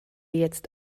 jetzt